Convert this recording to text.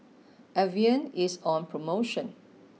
Avene is on promotion